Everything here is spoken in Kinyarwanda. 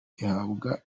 ihabwa